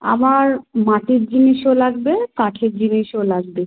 আমার মাটির জিনিসও লাগবে কাঠের জিনিসও লাগবে